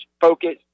focus